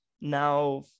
now